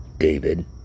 David